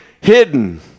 hidden